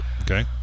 okay